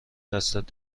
دستت